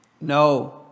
No